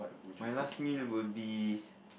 my last meal would be